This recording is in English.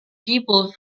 people